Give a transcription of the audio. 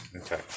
Okay